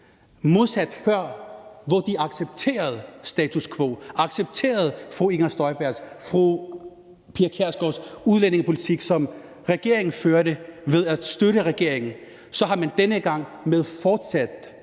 modsat før, hvor støttepartierne accepterede status quo, accepterede fru Inger Støjbergs, fru Pia Kjærsgaards udlændingepolitik, som regeringen førte, ved at støtte regeringen, så har man denne gang med forsæt